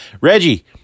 Reggie